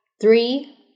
three